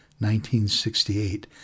1968